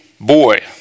Boy